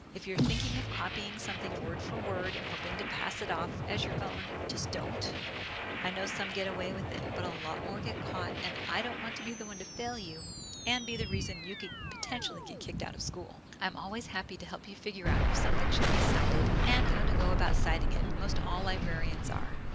if you're thinking of copying something word for word and hoping to pass it off as your own just don't i know some get away with it but a lot more get caught and i don't want to be the one to fail you and be the reason you can potentially get kicked out of school. i'm always happy to help you figure out if something should be cited and how to go about citing it. most all libarians are.